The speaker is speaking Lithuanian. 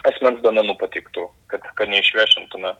asmens duomenų pateiktų kad kad neišviešintume